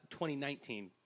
2019